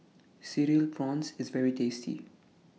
Cereal Prawns IS very tasty